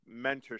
mentorship